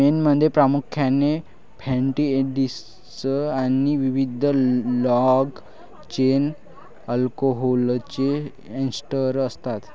मेणमध्ये प्रामुख्याने fatty acids आणि विविध लाँग चेन अल्कोहोलचे एस्टर असतात